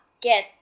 get